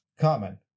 common